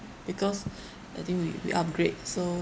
because I think we we upgrade so